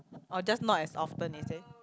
or just not as often is it